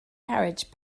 carriage